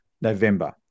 November